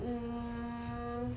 mm